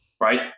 right